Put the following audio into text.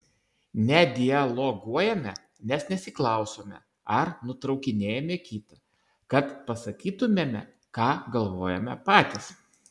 nedialoguojame nes nesiklausome ar nutraukinėjame kitą kad pasakytumėme ką galvojame patys